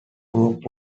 group